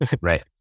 Right